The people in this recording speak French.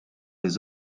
les